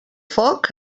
foc